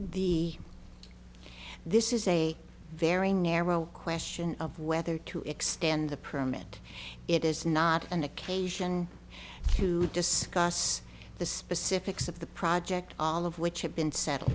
the this is a very narrow question of whether to extend the permit it is not an occasion to discuss the specifics of the project all of which have been settled